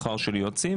השכר של היועצים.